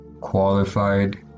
qualified